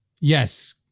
Yes